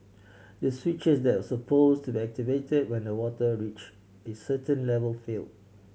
the switches that supposed activated when the water reached a certain level failed